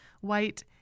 white